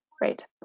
Great